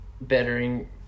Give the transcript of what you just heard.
bettering